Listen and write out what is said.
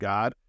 God